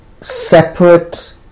separate